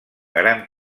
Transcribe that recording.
gran